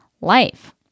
life